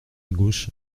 gauche